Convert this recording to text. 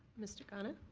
mr. ghana?